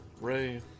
Ray